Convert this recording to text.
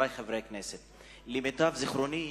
חברי חברי הכנסת, למיטב זיכרוני,